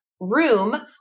room